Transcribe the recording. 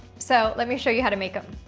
so let me show you how to make em.